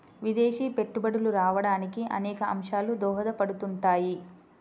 విదేశీ పెట్టుబడులు రావడానికి అనేక అంశాలు దోహదపడుతుంటాయి